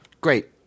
great